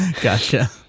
gotcha